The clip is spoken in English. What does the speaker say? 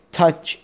touch